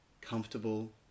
comfortable